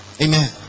Amen